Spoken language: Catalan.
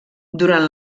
durant